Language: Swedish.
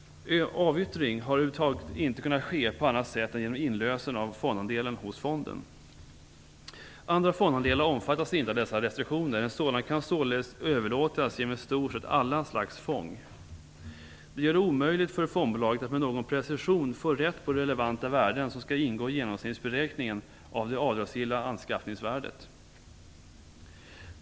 Avyttring har över huvud taget inte kunnat ske på annat sätt än genom inlösen av fondandelen hos fonden. Andra fondandelar omfattas inte av dessa restriktioner. En sådan kan således överlåtas genom i stort sett alla slags fång. Det gör det omöjligt för fondbolaget att med någon precision få rätt på de relevanta värden som skall ingå i genomsnittsberäkningen av det avdragsgilla anskaffningsvärdet.